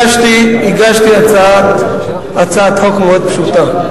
הגשתי הצעת חוק מאוד פשוטה,